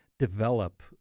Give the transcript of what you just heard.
develop